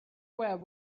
were